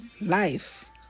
life